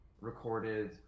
recorded